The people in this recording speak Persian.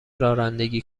رانندگی